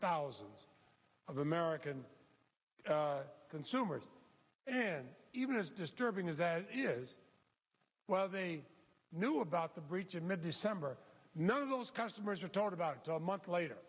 thousands of american consumers and even as disturbing as that is well they knew about the breach in mid december none of those customers are talked about so a month later